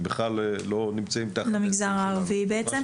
בינוי למגזר הערבי.